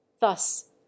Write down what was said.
Thus